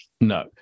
No